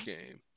Game